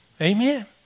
Amen